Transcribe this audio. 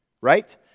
right